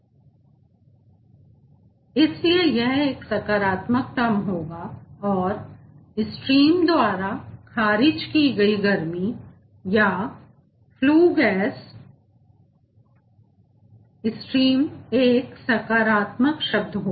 enthalpy कम हो गया है तो इसीलिए यह एक सकारात्मक टर्म होगा और धारास्ट्रीम द्वारा खारिज की गई गर्मी या फ्ल्यू गैस स्ट्रीम एक सकारात्मक शब्द होगा